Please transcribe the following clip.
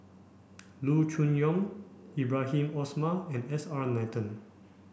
Loo Choon Yong Ibrahim Omar and S R Nathan